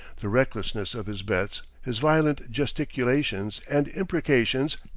the recklessness of his bets, his violent gesticulations and imprecations,